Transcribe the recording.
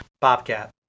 Bobcat